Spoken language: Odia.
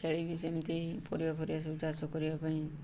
ଛେଳି ବି ସେମିତି ପରିବା ପରିବା ସବୁ ଚାଷ କରିବା ପାଇଁ